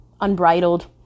unbridled